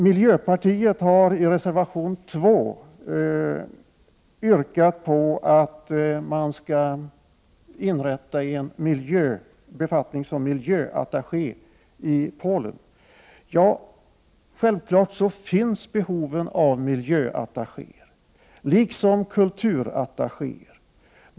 Miljöpartiet har i reservation 2 yrkat på att man skall inrätta en befattning som miljöattaché i Polen. Ja, självklart finns behoven av miljöattachéer, liksom av kulturattachéer.